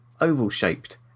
oval-shaped